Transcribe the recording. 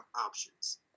options